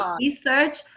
Research